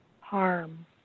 harm